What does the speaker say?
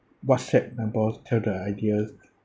WhatsApp my boss tell the idea